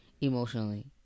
emotionally